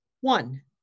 one